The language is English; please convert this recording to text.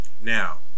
Now